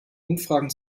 umfragen